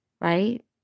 right